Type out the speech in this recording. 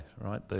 right